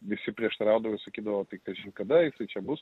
visi prieštaraudavo i sakydavo tai kažin kada jisai čia bus